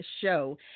Show